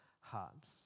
hearts